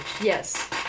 Yes